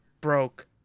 broke